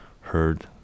heard